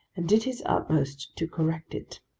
and did his utmost to correct it.